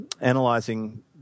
analyzing